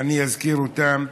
ואני אזכיר אותם.